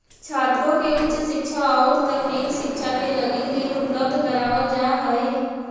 छात्रों के उच्च शिक्षा औउर तकनीकी शिक्षा के लगी ऋण उपलब्ध करावल जाऽ हई